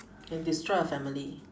can destroy a family